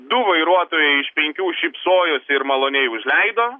du vairuotojai iš penkių šypsojosi ir maloniai užleido